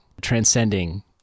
transcending